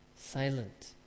silent